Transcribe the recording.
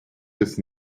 des